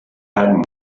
pattern